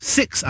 six